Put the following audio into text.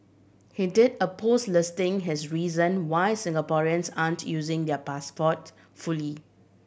he did a post listing his reason why Singaporeans aren't using their passport fully